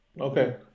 okay